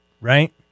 right